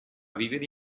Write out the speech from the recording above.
vivere